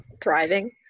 thriving